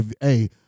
hey